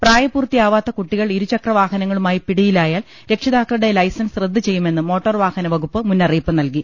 പ്രായപൂർത്തിയാവാത്ത കുട്ടികൾ ഇരു ചക്രവാഹന ങ്ങളുമായി പിടിയിലായാൽ രക്ഷിതാക്കളുടെ ലൈസൻസ് റദ്ദ് ചെയ്യുമെന്ന് മോട്ടോർ വാഹന വകുപ്പ് മുന്നറിയിപ്പ് നൽകി